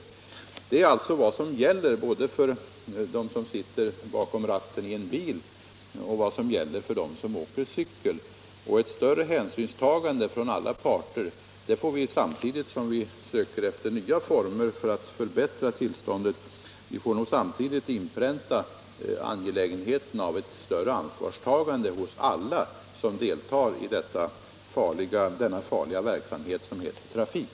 Detta är alltså vad som gäller både för den som sitter bakom ratten i en bil och den som åker cykel eller moped. Samtidigt som vi söker efter åtgärder för att förbättra tillståndet måste vi inpränta angelägenheten av ett större ansvarstagande hos alla som deltar i den farliga verksamhet som heter trafik.